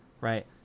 Right